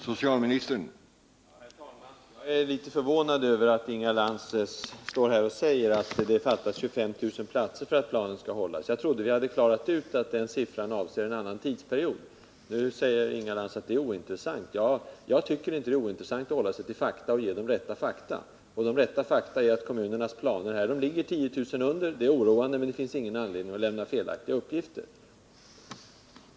Herr talman! Jag är litet förvånad över att Inga Lantz står här och säger att det fattas 25 000 platser för att planen skall hållas. Jag trodde att vi hade klarat ut att den siffran avser en annan tidsperiod. Nu säger Inga Lantz att detta är ointressant. För min del tycker jag inte att det är ointressant att hålla sig till fakta. Faktum är att kommunernas planer ligger 10 000 under. Det är oroande, men det finns ingen anledning att lämna felaktiga uppgifter.